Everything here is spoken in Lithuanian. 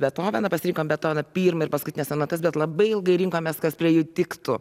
betoveną pasirinkom betoną pirmą ir paskutinę sonatas bet labai ilgai rinkomės kas prie jų tiktų